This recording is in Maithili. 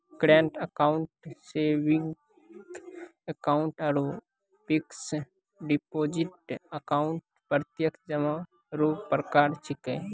करंट अकाउंट सेविंग अकाउंट आरु फिक्स डिपॉजिट अकाउंट प्रत्यक्ष जमा रो प्रकार छिकै